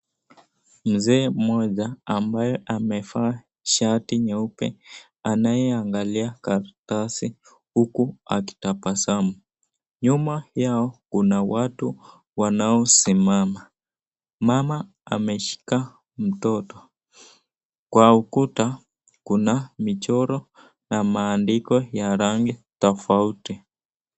Mzee mmoja ambaye amevaa shati nyeupe anayeangalia karatasi huku akitabasamu. Nyuma yao kuna watu wanaosimama. Mama ameshika mtoto. Kwa ukuta kuna michoro na maandiko ya rangi tofauti.